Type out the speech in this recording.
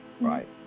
right